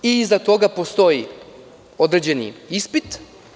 Iza toga postoji određeni ispit.